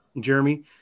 Jeremy